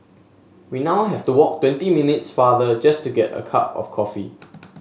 we now have to walk twenty minutes farther just to get a cup of coffee